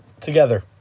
together